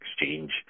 exchange